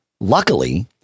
Luckily